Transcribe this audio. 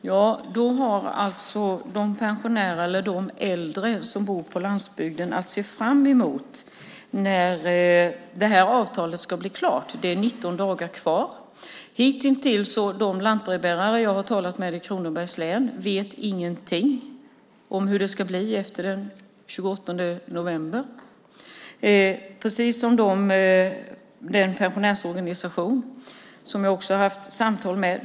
Herr talman! Då har alltså de pensionärer eller äldre som bor på landsbygden att se fram emot att det här avtalet ska bli klart. Det är 19 dagar kvar. De lantbrevbärare i Kronobergs län som jag har pratat med vet ingenting om hur det ska bli efter den 28 november, precis som den pensionärsorganisation som jag också har haft samtal med.